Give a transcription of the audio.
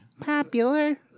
Popular